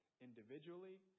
individually